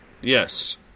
Yes